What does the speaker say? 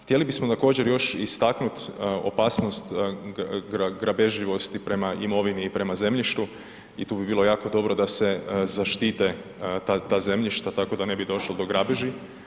Htjeli bismo također još istaknuti opasnost grabežljivosti prema imovini i prema zemljištu i tu bi bilo jako dobro da se zaštite ta zemljišta tako da ne bi došlo do grabeži.